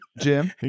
Jim